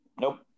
Nope